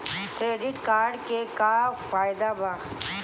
Credit card के का फायदा होला?